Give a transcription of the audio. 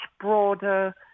broader